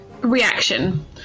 Reaction